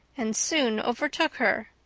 and soon overtook her.